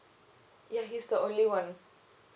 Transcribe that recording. ya he's the only one